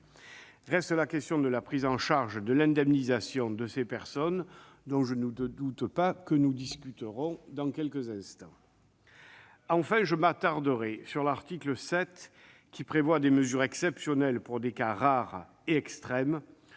Reste la question de la prise en charge de l'indemnisation des personnes concernées. Je ne doute pas que nous en discuterons dans quelques instants. Enfin, je m'attarderai sur l'article 7, qui prévoit des mesures exceptionnelles pour les cas rares et extrêmes